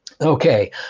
Okay